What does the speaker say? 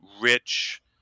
rich